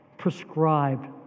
prescribed